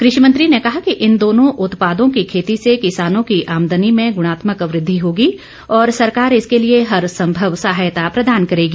कृषिमंत्री ने कहा कि इन दोनों उत्पादों की खेती से किसानों की आमदनी में गुणात्मक वृद्धि होगी और सरकार इसके लिए हर सम्भव सहायता प्रदान करेगी